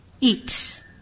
eat